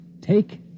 Take